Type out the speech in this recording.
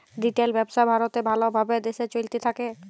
retail ব্যবসা ভারতে ভাল ভাবে দেশে চলতে থাক্যে